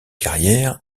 carrière